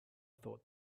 thought